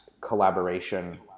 collaboration